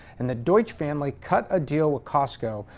and the deutsch family cut a deal with costco,